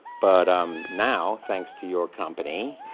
but um now, thanks to your company,